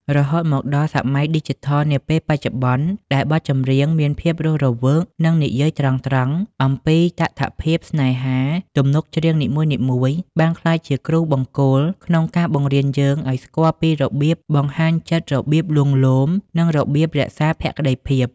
រហូតមកដល់សម័យឌីជីថលនាពេលបច្ចុប្បន្ន ដែលបទចម្រៀងមានភាពរស់រវើក និងនិយាយត្រង់ៗអំពីតថភាពស្នេហា ទំនុកច្រៀងនីមួយៗបានក្លាយជាគ្រូបង្គោលក្នុងការបង្រៀនយើងឱ្យស្គាល់ពីរបៀបបង្ហាញចិត្ត របៀបលួងលោម និងរបៀបរក្សាភក្តីភាព។